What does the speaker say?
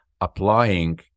applying